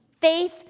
Faith